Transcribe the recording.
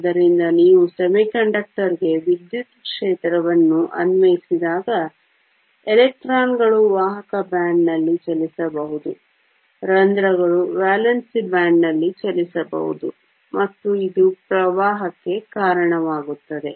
ಆದ್ದರಿಂದ ನೀವು ಅರೆವಾಹಕಗೆ ವಿದ್ಯುತ್ ಕ್ಷೇತ್ರವನ್ನು ಅನ್ವಯಿಸಿದಾಗ ಎಲೆಕ್ಟ್ರಾನ್ಗಳು ವಾಹಕ ಬ್ಯಾಂಡ್ನಲ್ಲಿ ಚಲಿಸಬಹುದು ರಂಧ್ರಗಳು ವೇಲೆನ್ಸಿ ಬ್ಯಾಂಡ್ನಲ್ಲಿ ಚಲಿಸಬಹುದು ಮತ್ತು ಇದು ಪ್ರವಾಹಕ್ಕೆ ಕಾರಣವಾಗುತ್ತದೆ